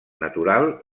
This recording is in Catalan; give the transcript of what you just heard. natural